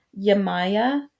Yamaya